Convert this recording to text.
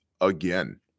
again